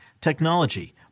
technology